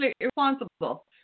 irresponsible